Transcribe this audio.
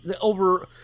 over